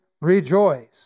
rejoice